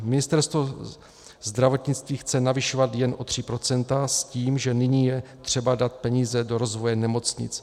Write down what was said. Ministerstvo zdravotnictví chce navyšovat jen o 3 procenta, s tím, že nyní je třeba dát peníze do rozvoje nemocnic.